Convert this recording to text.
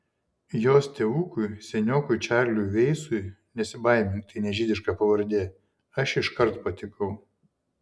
jos tėvukui seniokui čarliui veisui nesibaimink tai ne žydiška pavardė aš iškart patikau